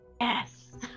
Yes